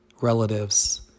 relatives